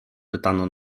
pytano